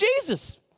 Jesus